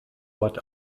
what